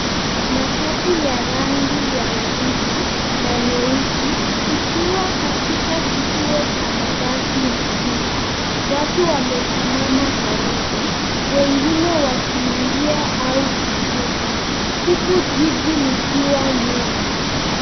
Matatu ya rangi ya waridi na nyeusi ikiwa katika kituo cha mabasi mjini. Watu wamesimama karibu, wengine wakiingia au kushuka huku jiji likiwa nyuma.